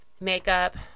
makeup